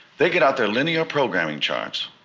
they get out their linear programming charts,